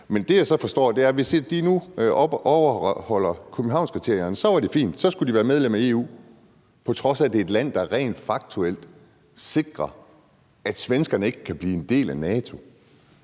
hundrede procent efter. Men hvis de nu overholder Københavnskriterierne, var det fint, så skulle de være medlem af EU, på trods af at det er et land, der rent faktuelt sikrer, at svenskerne ikke kan blive en del af NATO.